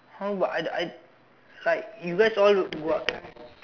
how about I I I like you guys all go out